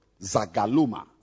Zagaluma